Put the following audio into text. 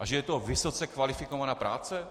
A že je to vysoce kvalifikovaná práce?